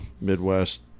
Midwest –